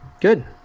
good